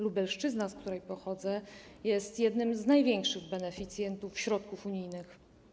Lubelszczyzna, z której pochodzę, jest jednym z największych beneficjentów środków unijnych.